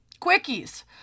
quickies